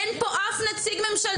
אין פה אף נציג ממשלתי.